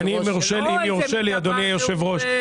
אם יורשה לי אדוני היושב ראש,